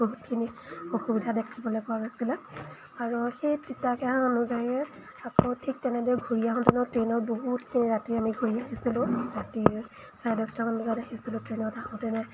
বহুতখিনি অসুবিধা দেখিবলৈ পোৱা গৈছিলে আৰু সেই তিতা কেহা অনুযায়ী আকৌ ঠিক তেনেদৰে ঘূৰি আহোঁতেনো ট্ৰেইনত বহুতখিনি ৰাতি আমি ঘূৰি আহিছিলোঁ ৰাতি চাৰে দহটামান বজাত আহিছিলোঁ ট্ৰেইনত আহোঁতেনে